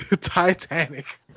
Titanic